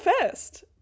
first